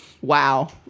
wow